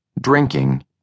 Drinking